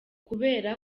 kubera